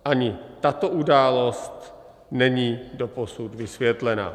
Ani tato událost není doposud vysvětlena;